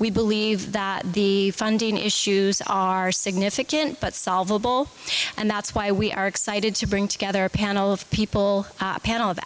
we believe that the funding issues are significant but solvable and that's why we are excited to bring together a panel of people panel of